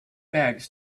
bags